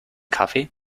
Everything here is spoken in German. kaffee